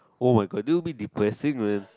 oh my god this one a bit depressing man